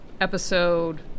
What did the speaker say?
episode